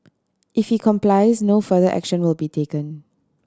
if he complies no further action will be taken